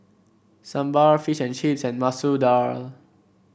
Sambar Fish and Chips and Masoor Dal